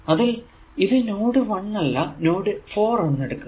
അതിൽ ഇത് നോഡ് 1 അല്ല നോഡ് 4 എന്ന് എടുക്കുക